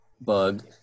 bug